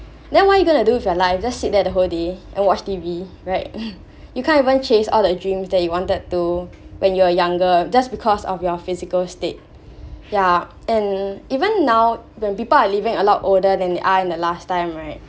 then what are you going to do with your life just sit there the whole day and watch T_V right you can't even chase all that dreams that you wanted to when you are younger just because of your physical state yeah and even now when people are living a lot older than they are in the last time right